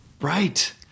Right